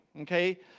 okay